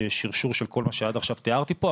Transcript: והשרשור של כל מה שעד עכשיו תיארתי פה.